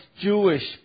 Jewish